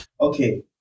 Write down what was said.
Okay